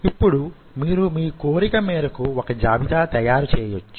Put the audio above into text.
ఇప్పుడు మీరు మీ కోరిక మేరకు వొక జాబితా తయారు చెయ్యొచ్చు